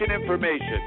information